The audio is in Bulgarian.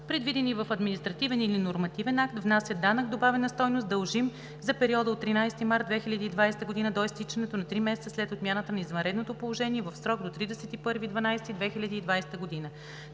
предвидени в административен или нормативен акт, внасят данък добавена стойност, дължим за периода от 13 март 2020 г. до изтичането на три месеца след отмяната на извънредното положение, в срок до 31.12.2020 г.